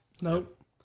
Nope